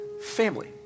family